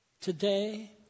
today